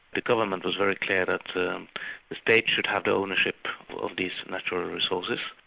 the government was very clear that the state should have the ownership of these natural resources,